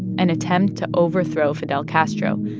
an attempt to overthrow fidel castro,